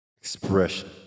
expression